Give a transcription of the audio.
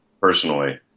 personally